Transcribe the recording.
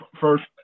first